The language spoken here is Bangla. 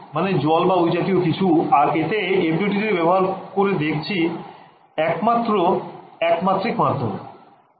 মানে জল বা ঐ জাতীয় কিছু আর এতে FDTD ব্যবহার করে দেখছি একমাত্র একমাত্রিক মাধ্যমে